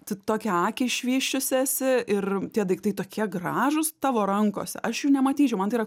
tu tokią akį išvysčiusi esi ir tie daiktai tokie gražūs tavo rankose aš jų nematyčiau man tai yra